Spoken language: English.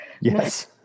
Yes